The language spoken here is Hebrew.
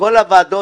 בכל הוועדות,